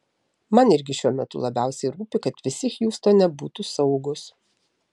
man irgi šiuo metu labiausiai rūpi kad visi hjustone būtų saugūs